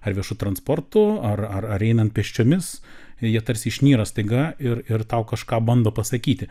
ar viešu transportu ar ar einant pėsčiomis jie tarsi išnyra staiga ir ir tau kažką bando pasakyti